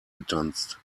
getanzt